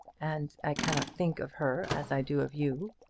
and i cannot think of her as i do of you.